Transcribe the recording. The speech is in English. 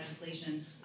legislation